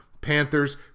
Panthers